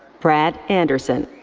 brad anderson.